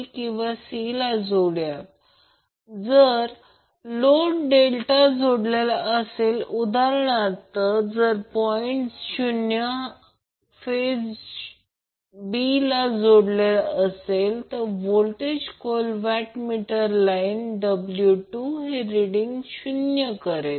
तर इथे ही अनबॅलन्सड गोष्ट दिली आहे आणि मी हे उदाहरण मुद्दाम घेतले आहे आणि हे 15 Ω आहे हे 6 j 8 Ω आहे जे Zc आहे आणि या बाजूला मी आकृती दाखवेल आणि ही Zb हा 10 j5 Ω आहे वॅटमीटर याप्रमाणे जोडलेला आहे